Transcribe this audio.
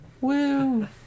Woo